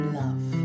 love